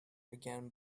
again